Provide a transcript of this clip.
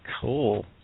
Cool